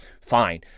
fine